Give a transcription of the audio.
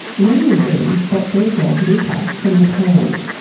leni and ben got their dog lupa from the pound.